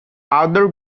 other